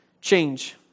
Change